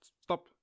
stop